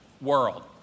world